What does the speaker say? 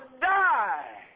die